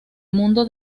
mundo